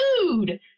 food